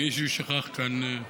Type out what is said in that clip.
מישהו שכח כאן משקפיים.